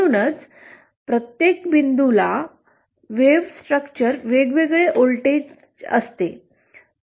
म्हणूनच प्रत्येक बिंदूला लहरींच्या रचनेनुसार वेगवेगळे व्होल्टेज असते